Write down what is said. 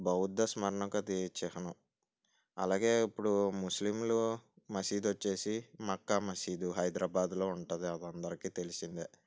బౌద్ధ స్మరణకు అది చిహ్నం అలాగే ఇప్పుడు ముస్లింలు మసీడు వచ్చి మక్కా మసీదు హైదరాబాద్లో ఉంటుంది అది అందరికీ తెలిసిందే